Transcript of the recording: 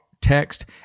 text